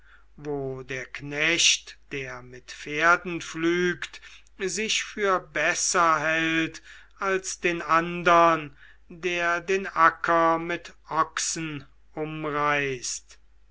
wo der knecht der mit pferden pflügt sich für besser hält als den andern der den acker mit ochsen umreißt